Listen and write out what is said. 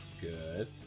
Good